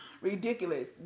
ridiculous